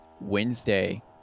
wednesday